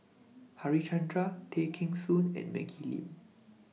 Harichandra Tay Kheng Soon and Maggie Lim